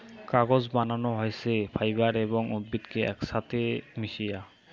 কাগজ বানানো হইছে ফাইবার এবং উদ্ভিদ কে একছাথে মিশায়া